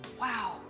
wow